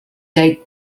date